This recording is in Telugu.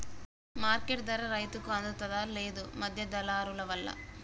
మార్కెట్ ధర రైతుకు అందుత లేదు, మధ్య దళారులవల్ల